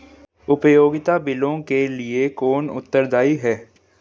उपयोगिता बिलों के लिए कौन उत्तरदायी है?